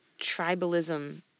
tribalism